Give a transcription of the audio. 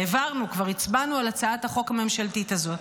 את הצעת החוק הממשלתית הזאת.